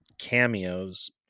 cameos